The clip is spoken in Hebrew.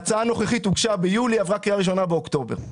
ההצעה הנוכחית הוגשה ביולי ועברה קריאה ראשונה באוקטובר.